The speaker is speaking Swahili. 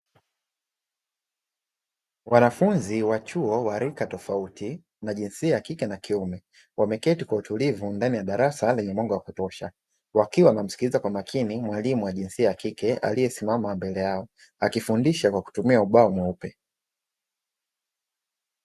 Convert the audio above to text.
Wanafunzi wa chuo wa rika tofauti na jinsia ya kike na kiume wameketi kwa utulivu ndani ya darasa lenye mwanga wa kutosha, wakiwa wanamsikiliza kwa makini mwalimu wa jinsi ya kike aliyesimama mbele yao akifundisha kwa kutumia ubao mweupe.